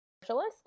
Specialist